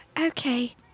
Okay